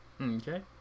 Okay